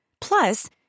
Plus